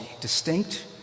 distinct